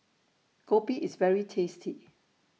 Kopi IS very tasty